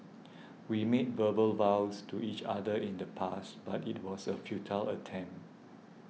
we made verbal vows to each other in the past but it was a futile attempt